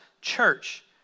church